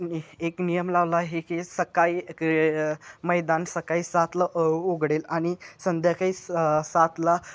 नि एक नियम लावला आहे की सकाळी की मैदान सकाळी सातला उघडेल आणि संध्याकाळी स सातला